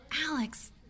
Alex